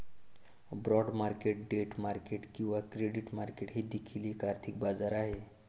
bond market debt market किंवा credit market हे देखील एक आर्थिक बाजार आहे